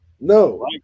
no